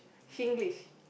Singlish